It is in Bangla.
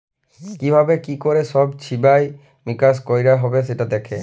কি ভাবে কি ক্যরে সব হিছাব মিকাশ কয়রা হ্যবে সেটা দ্যাখে